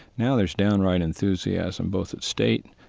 now there's downright enthusiasm, both at state,